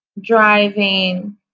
driving